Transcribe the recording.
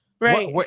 right